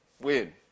Weird